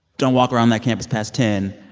don't walk around that campus past ten.